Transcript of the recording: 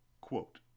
Quote